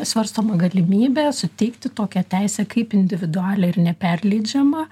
svarstoma galimybė suteikti tokią teisę kaip individualią ir neperleidžiamą